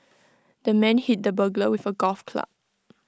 the man hit the burglar with A golf club